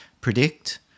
predict